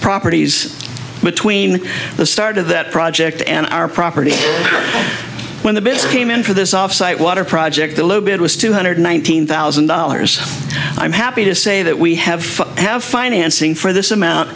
properties between the start of that project and our property when the base came in for this offsite water project the low bid was two hundred nineteen thousand dollars i'm happy to say that we have to have financing for this amount